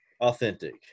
authentic